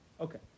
Okay